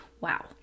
Wow